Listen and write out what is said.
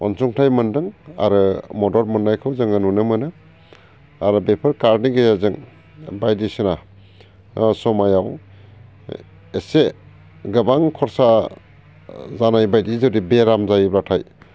अनसुंथाय मोन्दों आरो मदद मोननायखौ नुनो मोनो आरो बेफोर कार्दनि गेजेरजों बायदिसिना समाव एसे गोबां खरसा जानाय बायदि जुदि बेराम जायोब्लाथाय